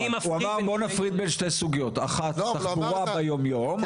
הוא אמר בוא נפריד בין שתי סוגיות: אחת תחבורה ביום יום,